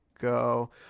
go